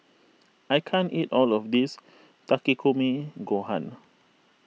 I can't eat all of this Takikomi Gohan